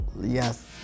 Yes